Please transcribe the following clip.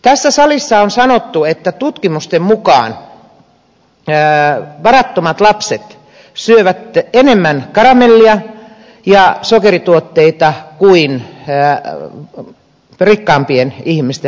tässä salissa on sanottu että tutkimusten mukaan varattomat lapset syövät enemmän karamellia ja sokerituotteita kuin rikkaampien ihmisten lapset